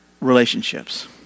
relationships